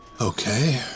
Okay